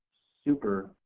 super,